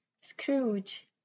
Scrooge